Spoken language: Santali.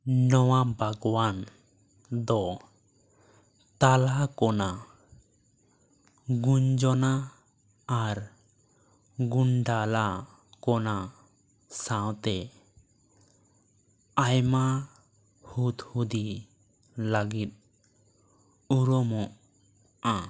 ᱱᱚᱣᱟ ᱵᱟᱜᱽᱣᱟᱱ ᱫᱚ ᱛᱟᱞᱟᱠᱳᱱᱟ ᱜᱩᱧᱡᱚᱱᱟ ᱟᱨ ᱜᱩᱱᱰᱟᱞᱟᱠᱳᱱᱟ ᱥᱟᱶᱛᱮ ᱟᱭᱢᱟ ᱦᱩᱫᱽ ᱦᱩᱫᱤ ᱞᱟᱹᱜᱤᱫ ᱩᱨᱩᱢᱚᱜᱼᱟ